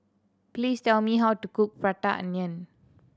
please tell me how to cook Prata Onion